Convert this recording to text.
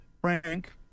Frank